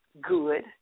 good